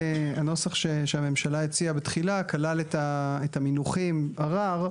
הנוסח שהממשלה הציעה בתחילה כלל את המינוחים "ערר",